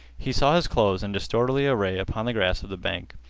he saw his clothes in disorderly array upon the grass of the bank.